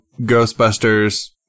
ghostbusters